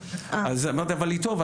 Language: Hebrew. אז אמרתי אבל היא טובה,